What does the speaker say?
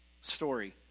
story